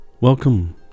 Welcome